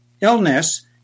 illness